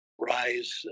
rise